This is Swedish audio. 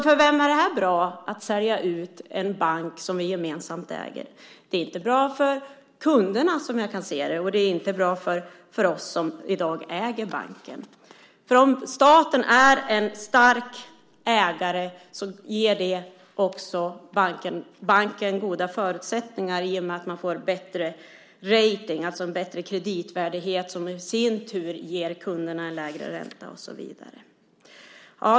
För vem är det då bra att sälja ut en bank som vi gemensamt äger? Det är inte bra för kunderna, såvitt jag kan se, och det är inte bra för oss som i dag äger banken. Om staten är en stark ägare så ger det banken goda förutsättningar i och med att man får bättre rating, alltså en bättre kreditvärdighet, som i sin tur ger kunderna lägre ränta och så vidare.